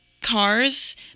cars